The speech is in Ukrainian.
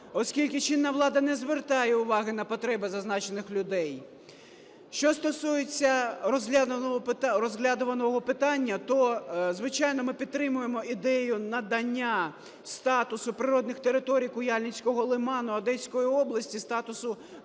оскільки чинна влада не звертає уваги на потреби зазначених людей. Що стосується розглянутого питання, то, звичайно, ми підтримуємо ідею надання статусу природних територій Куяльницького лиману Одеської області, статусу